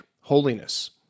holiness